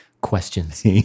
questions